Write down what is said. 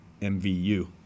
MVU